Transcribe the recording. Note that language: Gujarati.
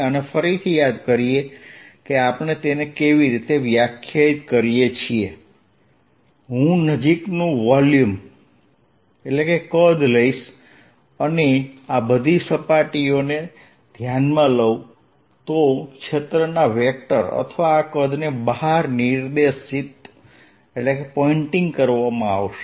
અને ફરીથી યાદ કરીએ કે આપણે તેને કેવી રીતે વ્યાખ્યાયિત કરીએ છીએ હું નજીકનું કદ લઈશ અને આ બધી સપાટીઓ ને ધ્યાનમાં લઉ તો ક્ષેત્રના વેક્ટર અથવા આ કદને બહાર નિર્દેશિત કરવામાં આવશે